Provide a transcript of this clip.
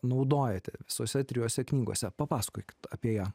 naudojate visose trijose knygose papasakokit apie ją